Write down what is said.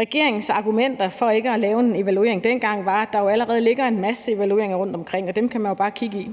Regeringens argumenter for ikke at lave en evaluering dengang var, at der jo allerede ligger en masse evalueringer rundtomkring, og dem kan man jo bare kigge i.